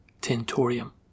tentorium